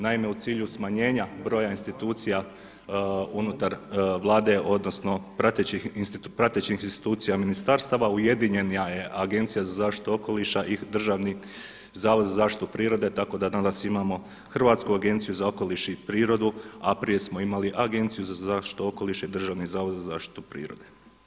Naime, u cilju smanjenju broja institucija unutar Vlade odnosno pratećih institucija ministarstava ujedinjena je Agencija za zaštitu okoliša i Državni zavod za zaštitu prirode tako da danas imamo Hrvatsku agenciju za okoliš i prirodu a prije smo imali Agenciju za zaštitu okoliša i Državni zavod za zaštitu prirode.